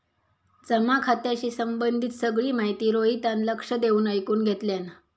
जमा खात्याशी संबंधित सगळी माहिती रोहितान लक्ष देऊन ऐकुन घेतल्यान